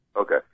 Okay